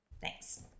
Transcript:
Thanks